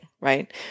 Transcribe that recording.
right